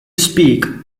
speak